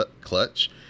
clutch